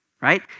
Right